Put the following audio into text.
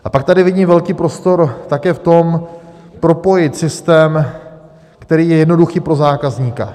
A pak tady vidím velký prostor také v tom, propojit systém, který je jednoduchý pro zákazníka.